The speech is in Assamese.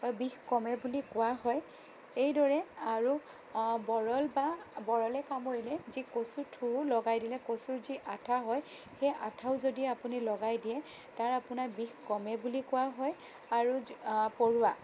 বিষ কমে বুলি কোৱা হয় এইদৰে আৰু বৰল বা বৰলে কামুৰিলে যি কচু ঠোৰ লগাই দিলে কচুৰ যি আঠা হয় সেই আঠাও যদি আপুনি লগাই দিয়ে তাৰ আপোনাৰ বিষ কমে বুলি কোৱা হয় আৰু যি পৰুৱা